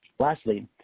lastly,